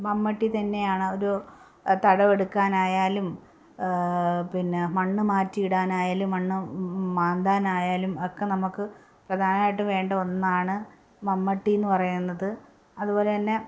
മമ്മാട്ടി തന്നെയാണ് ഒരു ഒരു തടവെടുക്കാനായാലും പിന്നെ മണ്ണ് മാറ്റിയിടാനായാലും മണ്ണ് മാന്താനായാലും ഒക്കെ നമുക്ക് പ്രധാനമായിട്ട് വേണ്ട ഒന്നാണ് മമ്മാട്ടി എന്ന് പറയുന്നത് അതുപോലെ തന്നെ